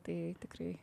tai tikrai